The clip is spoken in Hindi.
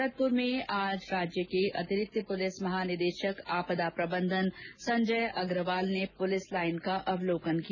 भरतपुर में आज राज्य के अतिरिक्त पुलिस महानिदेशक आपदा प्रबंधन संजय अग्रवाल ने पुलिस लाइन का बारीकी से निरीक्षण किया